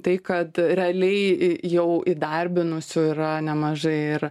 tai kad realiai į jau įdarbinusių yra nemažai ir